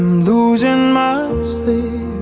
losing my sleep